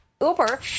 Uber